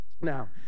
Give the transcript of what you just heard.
Now